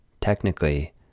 technically